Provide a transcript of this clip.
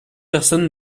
personnes